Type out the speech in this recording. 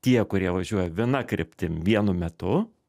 tie kurie važiuoja viena kryptim vienu metu